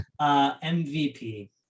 MVP